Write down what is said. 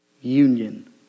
union